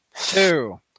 two